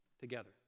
together